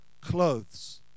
clothes